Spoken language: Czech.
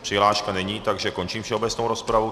Přihláška není, takže končím všeobecnou rozpravu.